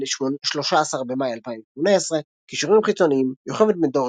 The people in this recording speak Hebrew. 13 במאי 2018. קישורים חיצוניים יוכבד בן-דור,